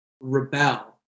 rebel